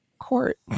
court